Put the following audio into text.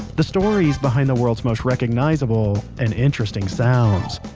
the stories behind the world's most recognizable and interesting sounds.